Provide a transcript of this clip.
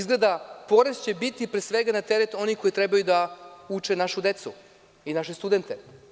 Solidarni porez će izgleda biti pre svega na teret onih koji trebaju da uče našu decu i naše studente.